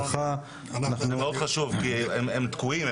זה מאוד חשוב כי הם תקועים,